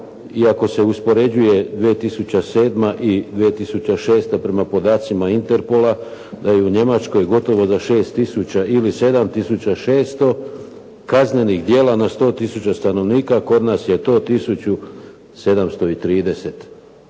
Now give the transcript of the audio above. ako se uspoređuje 2007. i 2006. prema podacima Interpola da i u Njemačkoj gotovo za 6000 ili 7600 kaznenih djela na 100000 stanovnika, a kod nas je to 1730.